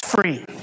free